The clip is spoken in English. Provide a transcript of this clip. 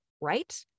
right